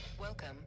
Welcome